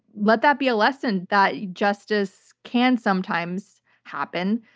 let that be a lesson that justice can sometimes happen.